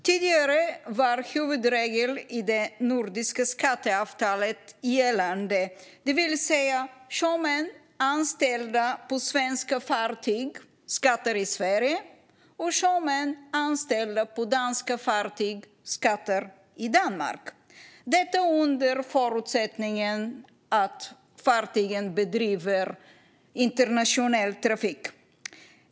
Tidigare har huvudregeln i det nordiska skatteavtalet varit gällande: Sjömän anställda på svenska fartyg skattar i Sverige, och sjömän anställda på danska fartyg skattar i Danmark, detta under förutsättning att fartyget bedriver internationell trafik.